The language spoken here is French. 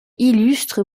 illustre